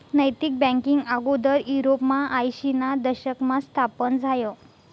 नैतिक बँकींग आगोदर युरोपमा आयशीना दशकमा स्थापन झायं